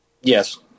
Yes